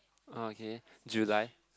oh okay July